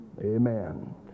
amen